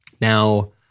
Now